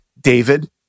David